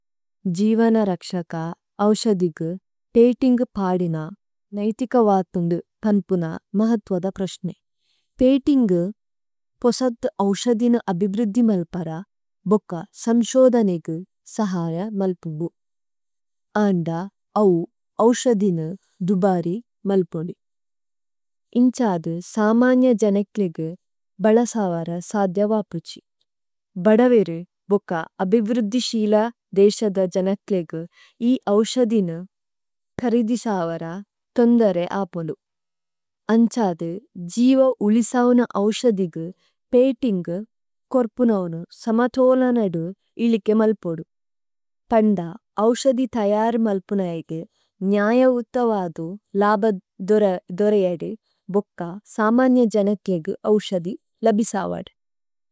ജീവനരക്സക അവ്സദിഗു പേഇതിന്ഗു പാദുന നൈതിക വാതുന്ദു പന്പുന മഹത്വദ പ്രശ്നേ। പേഇതിന്ഗു പോസത് അവ്സദിന അബിവ്രുദ്ദി മല്പര ബോക സമ്ശോദനേഗു സഹയ മല്പുദു। അന്ദ അവു അവ്സദിന ദുബരി മല്പുദു। ഇന്ഛാദു സാമന്യ ജനക്ലേഗു ബലസവര സധ്യ വപുജി। ഭദവേരു ബോക അബിവ്രുദ്ദി ശില ദേശദ ജനക്ലേഗു ഇ അവ്സദിന കരിദിസവര തോന്ദരേ അപുദു। ഇന്ഛാദു ജീവ ഉലിസൌന അവ്സദിഗു പേഇതിന്ഗു കോര്പുനൌനു സമഥോല നദു ഇലികേ മല്പുദു। പന്ദ അവ്സദിഥയരി മല്പുനഏഗു ന്യയ ഉതവദു ലബദ്ദുരേ അദു ബോക സാമന്യ ജനക്ലേഗു അവ്സദി ലബിസവദി।